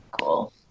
cool